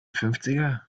fünfziger